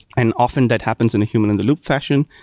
and often that happens in a human in the loop fashion.